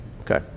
Okay